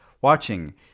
Watching